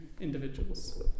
individuals